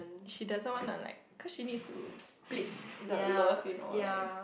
she doesn't wanna like cause she need to split the love you know like